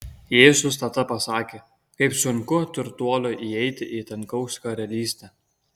jėzus tada pasakė kaip sunku turtuoliui įeiti į dangaus karalystę